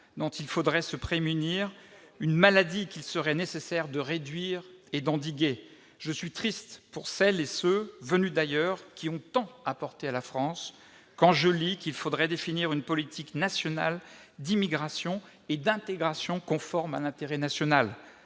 dont il faudrait se prémunir, une maladie qu'il serait nécessaire de réduire et d'endiguer. Je suis triste pour celles et ceux qui, venus d'ailleurs, ont tant apporté à la France, quand je lis qu'il faudrait définir une politique nationale d'immigration et d'intégration « conforme à l'intérêt national